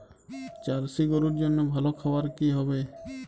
Jersey গরুর জন্য ভালো খাবার কি হবে?